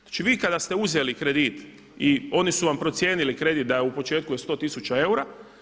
Znači, vi kada ste uzeli kredit i oni su vam procijenili kredit da je u početku je 100 tisuća eura.